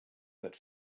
but